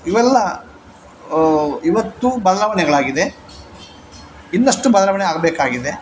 ಇವೆಲ್ಲ ಇವತ್ತು ಬದಲಾವಣೆಗಳಾಗಿದೆ ಇನ್ನಷ್ಟು ಬದಲಾವಣೆ ಆಗಬೇಕಾಗಿದೆ